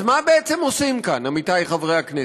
אז מה בעצם עושים כאן, עמיתי חברי הכנסת?